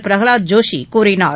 பிரகலாத் ஜோஷி கூறினார்